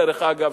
דרך אגב,